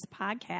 podcast